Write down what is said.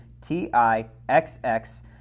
T-I-X-X